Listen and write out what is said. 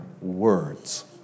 words